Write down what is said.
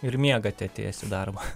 ir miegate atėjęs į darbą